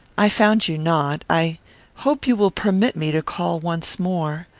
i found you not. i hope you will permit me to call once more.